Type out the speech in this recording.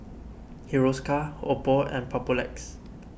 Hiruscar Oppo and Papulex